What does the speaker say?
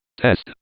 test